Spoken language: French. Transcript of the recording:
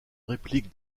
réplique